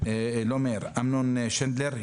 אמנון שינדלר,